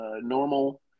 normal